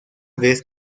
vez